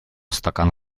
стакан